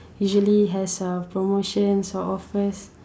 usually has uh promotions or offers